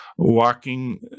Walking